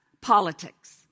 politics